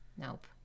Nope